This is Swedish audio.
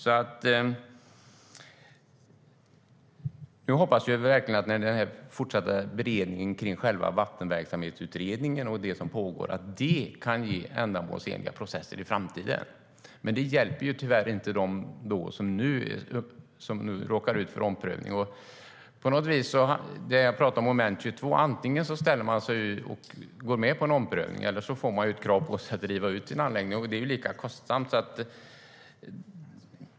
Vi hoppas verkligen att den fortsatta beredningen av själva Vattenverksamhetsutredningen och annat som pågår kan ge ändamålsenliga processer i framtiden. Men det hjälper tyvärr inte dem som råkar ut för omprövning nu. Det blir på något vis ett moment 22; antingen går man med på en omprövning eller får krav på sig att driva ut sin anläggning. Och det är lika kostsamt.